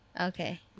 Okay